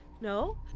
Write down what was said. no